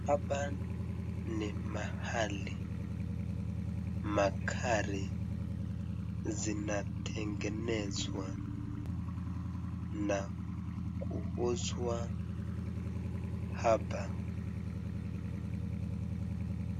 Hapa ni mahali magari zinatengenezwa na kuuzwa hapa.